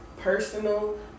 personal